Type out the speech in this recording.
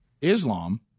Islam